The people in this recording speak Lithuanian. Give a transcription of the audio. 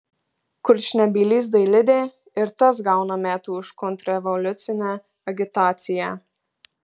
kurčnebylis dailidė ir tas gauna metų už kontrrevoliucine agitaciją